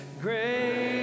great